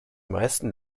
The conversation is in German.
meisten